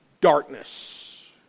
darkness